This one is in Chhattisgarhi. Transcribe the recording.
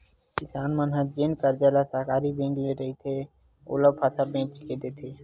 किसान मन ह जेन करजा ल सहकारी बेंक ले रहिथे, ओला फसल बेच के देथे